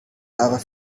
aber